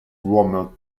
rommel